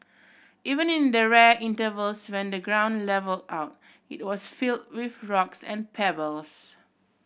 even in the rare intervals when the ground level out it was fill with rocks and pebbles